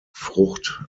frucht